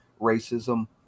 racism